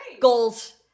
Goals